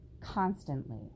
constantly